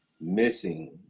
missing